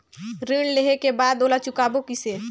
ऋण लेहें के बाद ओला चुकाबो किसे?